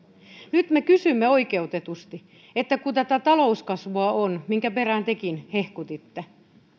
nyt me kysymme oikeutetusti että kun tätä talouskasvua on minkä perään tekin hehkutitte